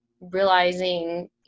realizing